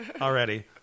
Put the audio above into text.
already